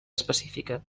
específica